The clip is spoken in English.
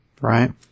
Right